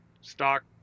stock